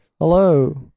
Hello